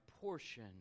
portion